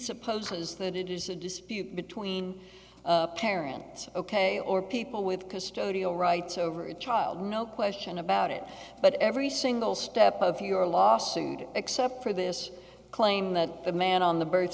supposes that it is a dispute between parents ok or people with custodial rights over a child no question about it but every single step of your lawsuit except for this claim that the man on the birth